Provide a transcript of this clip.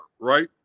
right